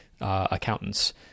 Accountants